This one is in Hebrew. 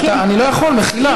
אני לא יכול, מחילה.